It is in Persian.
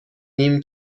نیم